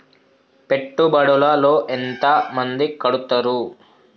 పెట్టుబడుల లో ఎంత మంది కడుతరు?